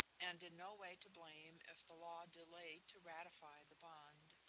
and in no way to blame if the law delayed to ratify the bond.